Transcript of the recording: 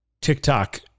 TikTok